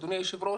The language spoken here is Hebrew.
אדוני היושב-ראש,